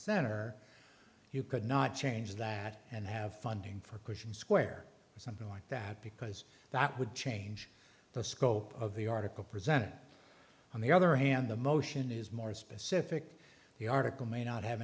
center you could not change that and have funding for cushing square or something like that because that would change the scope of the article presented on the other hand the motion is more specific the article may not have